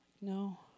No